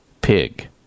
pig